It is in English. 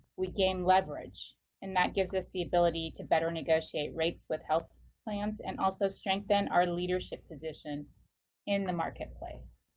we gain leverage and that gives us ability to better negotiate rates with health plans and also strengthen our leadership position in the market place.